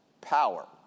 power